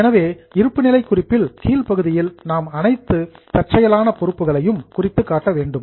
எனவே இருப்பு நிலை குறிப்பில் கீழ் பகுதியில் நாம் அனைத்து தற்செயலான பொறுப்புகளையும் குறித்துக் காட்ட வேண்டும்